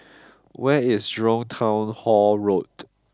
where is Jurong Town Hall Road